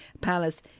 Palace